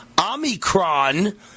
Omicron